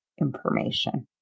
information